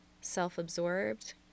self-absorbed